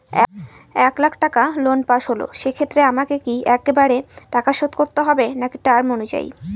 এক লাখ টাকা loan pass হল সেক্ষেত্রে আমাকে কি একবারে টাকা শোধ করতে হবে নাকি টার্ম অনুযায়ী?